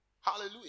Hallelujah